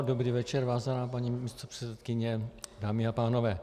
Dobrý večer, vážená paní místopředsedkyně, dámy a pánové.